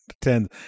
Tens